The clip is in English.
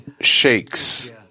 shakes